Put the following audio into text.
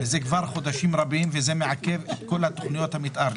זה כבר חודשים רבים וזה מעכב את תוכניות המתאר.